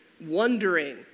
Wondering